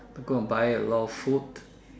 go and buy a lot of food